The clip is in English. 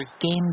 Game